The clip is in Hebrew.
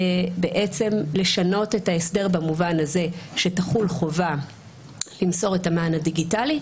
גם לשנות את ההסדר במובן הזה שתחול חובה למסור את המען הדיגיטלי.